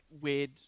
weird